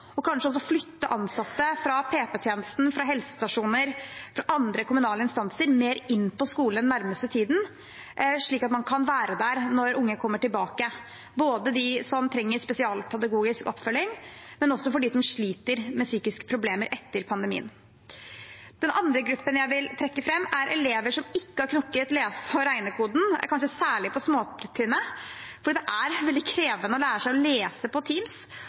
og kanskje også flytte ansatte fra PP-tjenesten, fra helsestasjoner, fra andre kommunale instanser mer inn på skolene den nærmeste tiden, slik at man kan være der når unge kommer tilbake, både for dem som trenger spesialpedagogisk oppfølging, og også for dem som sliter med psykiske problemer etter pandemien. Den andre gruppen jeg vil trekke fram, er elever som ikke har knekket lese- og regnekoden, kanskje særlig på småtrinnet. For det er veldig krevende å lære seg å lese på Teams,